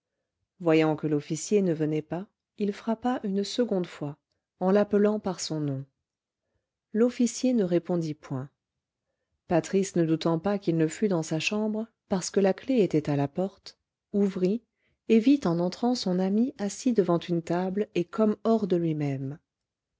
voyant que l'officier ne venait pas il frappa une seconde fois en l'appelant par son nom l'officier ne répondit point patris ne doutant pas qu'il ne fut dans sa chambre parce que la clef était à la porte ouvrit et vit en entrant son ami assis devant une table et comme hors de lui-même